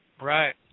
Right